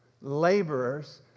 laborers